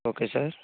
okay sir